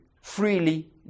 freely